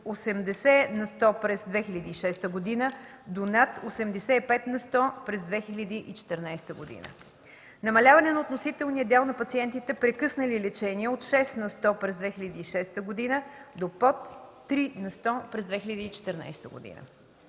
от 80 на сто през 2006 г. до над 85 на сто през 2014 г.; - намаляване на относителния дял на пациентите прекъснали лечение от 6 на сто през 2006 г. до под 3 на сто през 2014 г.;